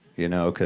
you know,